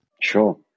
Sure